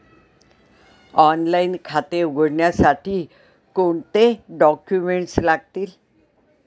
Online खाते उघडण्यासाठी कोणते डॉक्युमेंट्स लागतील?